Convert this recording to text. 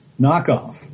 knockoff